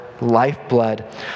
lifeblood